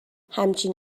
همچین